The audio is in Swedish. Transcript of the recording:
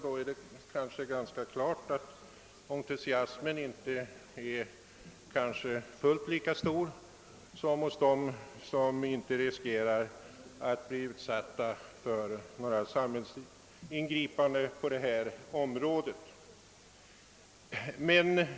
Då är det kanske ganska klart att entusiasmen hos mig inte är fullt lika stor som hos de personer som inte riskerar att bli utsatta för några samhällsingripanden på detta område.